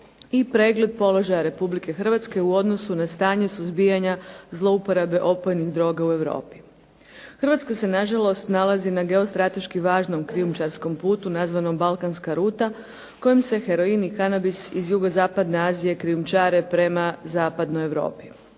i pregled položaja Republike Hrvatske u odnosu na stanje suzbijanja zlouporabe opojnih droga u Europi. Hrvatska se nažalost nalazi na geostrateški važnom krijumčarskom putu nazvanom balkanska ruta kojom se heroin i kanabis iz jugo-zapadne Azije krijumčare prema Zapadnoj Europi.